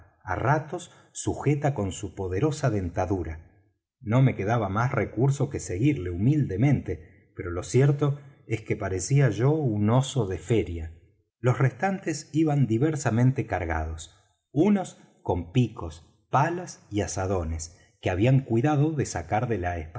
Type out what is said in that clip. á ratos sujeta con su poderosa dentadura no me quedaba más recurso que seguirle humildemente pero lo cierto es que parecía yo un oso de feria illustration en busca del tesoro todos excepto yo armados hasta los dientes los restantes iban diversamente cargados unos con picos palas y azadones que habían cuidado de sacar de la